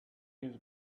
his